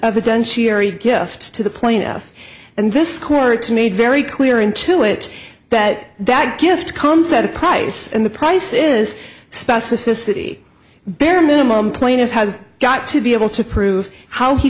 done sherry gift to the plaintiff and this court to made very clear into it that that gift comes at a price and the price is specificity bare minimum plaintiff has got to be able to prove how he